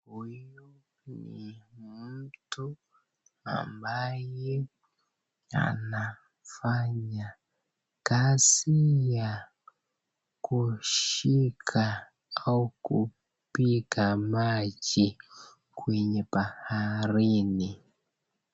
Huyu ni mtu ambaye anafanya kazi ya kushika au kupiga maji kwenye baharini.